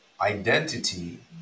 Identity